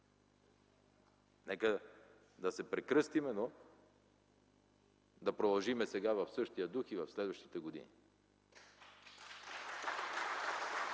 Нека да се прекръстим, но да продължим сега в същия дух и в следващите години!